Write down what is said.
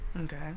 Okay